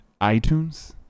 iTunes